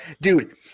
dude